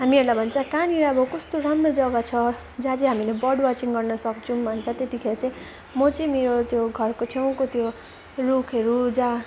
हामीहरूलाई भन्छ कहाँनिर अब कस्तो राम्रो जग्गा छ जहाँ चाहिँ हामीले बर्ड वाचिङ गर्न सक्छौँ भन्छ त्यतिखेर चाहिँ म चाहिँ मेरो त्यो घरको छेउको त्यो रुखहरू जहाँ